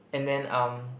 and then um